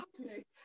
Okay